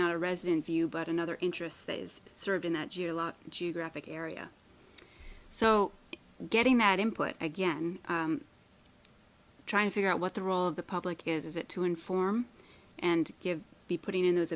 not a resident view but another interest is served in that too graphic area so getting mad input again trying to figure out what the role of the public is is it to inform and give be putting in